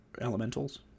elementals